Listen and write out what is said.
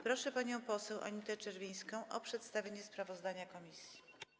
Proszę panią poseł Anitę Czerwińską o przedstawienie sprawozdania komisji.